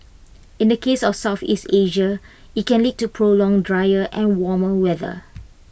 in the case of Southeast Asia IT can lead to prolonged drier and warmer weather